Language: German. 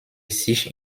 sich